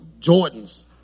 Jordans